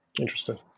Interesting